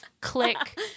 Click